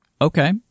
Okay